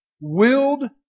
Willed